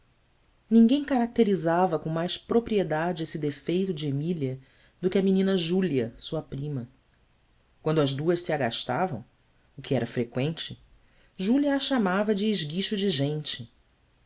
ninguém caracterizava com mais propriedade esse defeito de emília do que a menina júlia sua prima quando as duas se agastavam o que era freqüente júlia a chamava de esguicho de gente